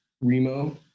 Remo